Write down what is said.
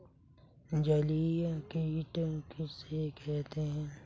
जलीय कीट किसे कहते हैं?